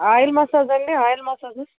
oil massage అండి oil massage